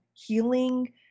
healing